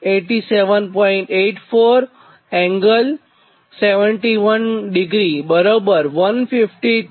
84∠71° બરાબર 152